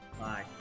Bye